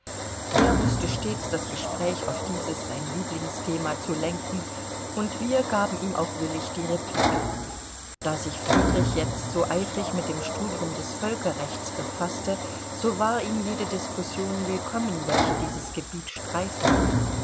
er wußte stets das gespräch auf dieses sein lieblingsthema zu lenken und wir gaben ihm auch willig die replik da sich friedrich jetzt so eifrig mit dem studium des völkerrechts befaßte so war ihm jede diskussion willkommen welche dieses gebiet streifte